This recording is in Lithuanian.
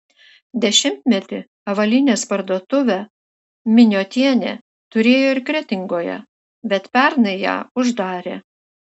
dešimtmetį avalynės parduotuvę miniotienė turėjo ir kretingoje bet pernai ją uždarė